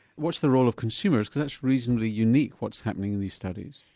what's the role of consumers because that's reasonably unique what's happening in these studies?